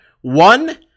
One